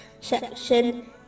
section